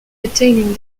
attaining